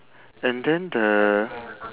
and then the